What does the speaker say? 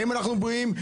האם אנחנו בריאים?